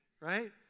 right